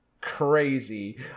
crazy